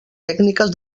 tècniques